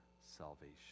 salvation